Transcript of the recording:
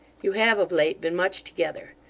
you have, of late, been much together.